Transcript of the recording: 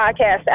podcast